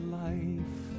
life